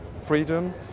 freedom